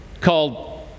called